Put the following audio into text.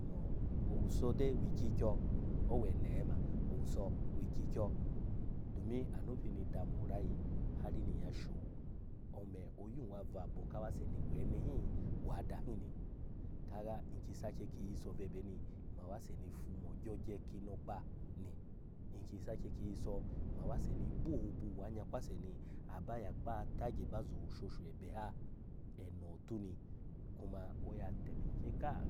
Nmo owusa de wi ikyi ikyo, owene ma, owuso wi ikyi kyo, domin anu pini damo orayi hari ni nyya showu ome oyun wa bwa abo ka awase ni we ene hin, wa ada hin ni kaga nki sake ki iso bwe ebeni gba awase ni ki fumo ogyoge ki inokpa ni, nki sake ma awase ni bo ohobu anya kwase ni aba ya akpaha tagye ba zo owushoshu ebe ha, eno, otu ni kuma oya temekye ka